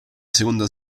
seconda